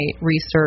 research